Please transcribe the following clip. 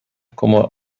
como